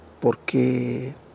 porque